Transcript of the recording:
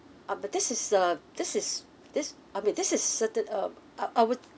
uh but this is err this is this I mean this is certain um I would